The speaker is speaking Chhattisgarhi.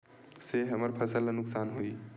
से हमर फसल ला नुकसान होही?